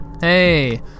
Hey